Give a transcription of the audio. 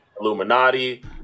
Illuminati